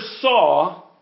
saw